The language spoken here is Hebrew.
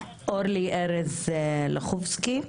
לאורלי ארז לחובסקי.